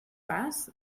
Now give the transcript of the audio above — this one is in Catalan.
vas